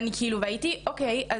אוקיי,